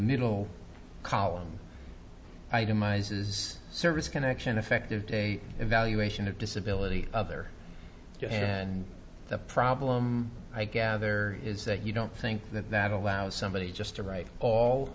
middle column itemizes service connection effective day evaluation of disability other and the problem i gather is that you don't think that that allows somebody just to right all